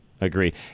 agree